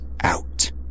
out